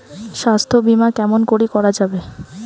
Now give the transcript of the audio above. স্বাস্থ্য বিমা কেমন করি করা যাবে?